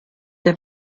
der